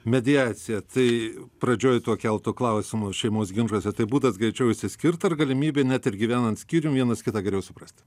mediacija tai pradžioj tuo keltu klausimu šeimos ginčuose tai būdas greičiau išsiskirt ar galimybė net ir gyvenant skyrium vienas kitą geriau suprasti